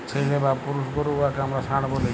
ছেইল্যা বা পুরুষ গরু উয়াকে আমরা ষাঁড় ব্যলি